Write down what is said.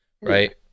right